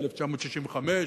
1965,